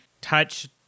touch